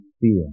fear